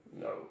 No